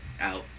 Out